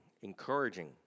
encouraging